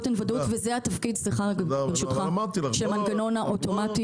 אין ודאות וזה התפקיד של המנגנון האוטומטי.